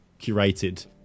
curated